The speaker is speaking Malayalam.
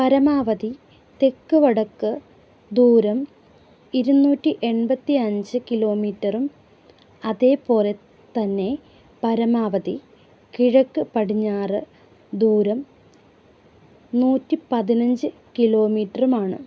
പരമാവധി തെക്ക് വടക്ക് ദൂരം ഇരുന്നൂറ്റി എൺമ്പത്തി അഞ്ച് കിലോമീറ്ററും അതേപോലെ തന്നെ പരമാവധി കിഴക്ക് പടിഞ്ഞാറ് ദൂരം നൂറ്റി പതിനഞ്ച് കിലോമീറ്ററുമാണ്